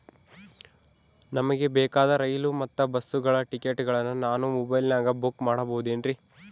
ನಮಗೆ ಬೇಕಾದ ರೈಲು ಮತ್ತ ಬಸ್ಸುಗಳ ಟಿಕೆಟುಗಳನ್ನ ನಾನು ಮೊಬೈಲಿನಾಗ ಬುಕ್ ಮಾಡಬಹುದೇನ್ರಿ?